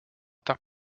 terre